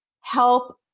help